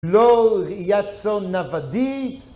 לא רעיית צאן נוודית